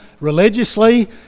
religiously